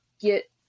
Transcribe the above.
get